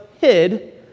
hid